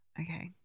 Okay